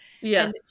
Yes